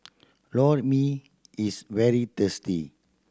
Lor Mee is very tasty